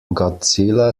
godzilla